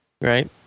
right